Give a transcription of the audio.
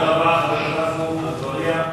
הדובר הבא הוא חבר הכנסת עפו אגבאריה,